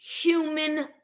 human